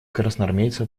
красноармейца